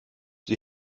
sie